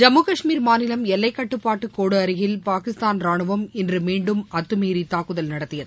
ஜம்மு கஷ்மீர் மாநிலம் எல்லைக்கட்டுப்பாட்டுக்கோடு அருகில் பாகிஸ்தான் ரானுவம் இன்று மீண்டும் அத்துமீறி தாக்குதல் நடத்தியது